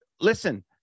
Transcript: listen